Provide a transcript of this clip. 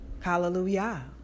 Hallelujah